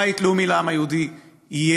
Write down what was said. בית לאומי לעם היהודי יהיה